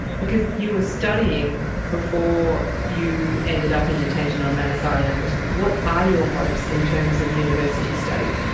because you were studying before you ended up in detention on manus island, what are your hopes in terms of university study?